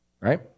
Right